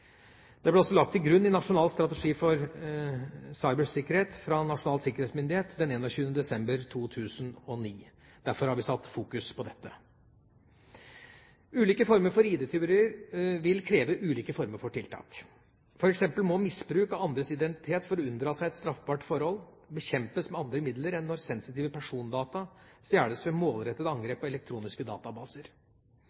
Dette ble også lagt til grunn i Nasjonal strategi for cybersikkerhet fra Nasjonal sikkerhetsmyndighet den 21. desember 2009. Derfor har vi fokusert på det. Ulike former for ID-tyverier vil kreve ulike former for tiltak. For eksempel må misbruk av andres identitet for å unndra seg et straffbart forhold bekjempes med andre midler enn når sensitive persondata stjeles ved målrettede